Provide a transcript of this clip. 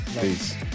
peace